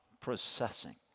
processing